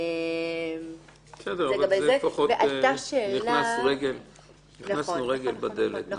בזה לפחות הכנסנו רגל בדלת.